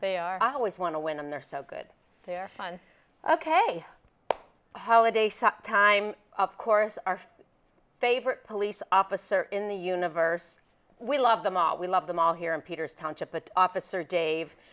they are always want to win and they're so good they're fun ok holiday some time of course our favorite police officer in the universe we love them all we love them all here in peter's township but officer dave